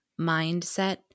mindset